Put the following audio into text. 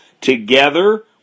together